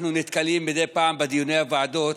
אנחנו נתקלים מדי פעם בדיוני הוועדות